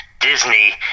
disney